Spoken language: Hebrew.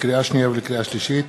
לקריאה שנייה ולקריאה שלישית: